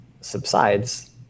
subsides